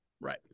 Right